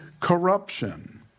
corruption